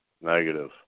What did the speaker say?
Negative